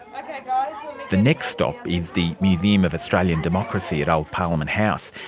like like um the next stop is the museum of australian democracy at old parliament house.